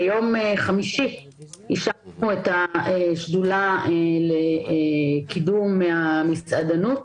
ביום חמישי השקנו את השדולה לקידום המסעדנות.